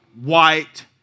white